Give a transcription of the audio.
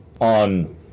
on